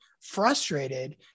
frustrated